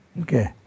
Okay